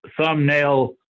thumbnail